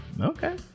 Okay